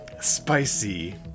Spicy